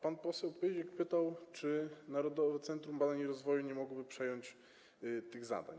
Pan poseł Pyzik pytał, czy Narodowe Centrum Badań i Rozwoju nie mogłoby przejąć tych zadań.